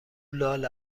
لال